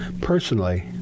personally